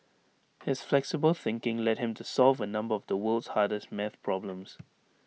his flexible thinking led him to solve A number of the world's hardest math problems